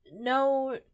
no